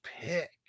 pick